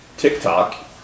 TikTok